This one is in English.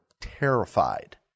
terrified